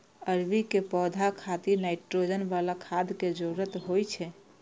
अरबी के पौधा खातिर नाइट्रोजन बला खाद के जरूरत होइ छै